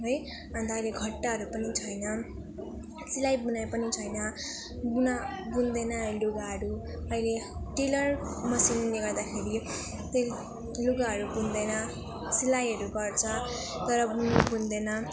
है अन्त अहिले घट्टाहरू पनि छैन सिलाइ बुनाइ पनि छैन बुना बुन्दैन लुगाहरू अहिले टेलर मेसिनले गर्दाखेरि त्यो लुगाहरू बुन्दैन सिलाइहरू गर्छ तर बु बुन्दैन